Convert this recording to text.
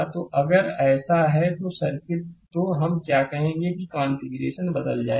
तो अगर ऐसा है तो सर्किट तो हम क्या कहेंगे कि कॉन्फ़िगरेशन बदल जाएगा